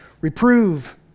reprove